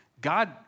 God